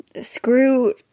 screw